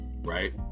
right